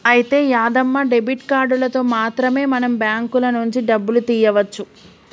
అయితే యాదమ్మ డెబిట్ కార్డులతో మాత్రమే మనం బ్యాంకుల నుంచి డబ్బులు తీయవచ్చు